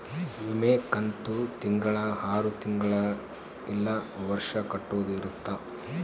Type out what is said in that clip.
ವಿಮೆ ಕಂತು ತಿಂಗಳ ಆರು ತಿಂಗಳ ಇಲ್ಲ ವರ್ಷ ಕಟ್ಟೋದ ಇರುತ್ತ